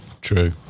True